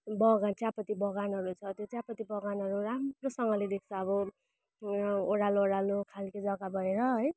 बगान चियापत्ती बगानहरू छ त्यो चियापत्ती बगानहरू राम्रोसँगले देख्छ अब ओह्रालो ओह्रालो खालको जग्गा भएर है